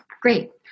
Great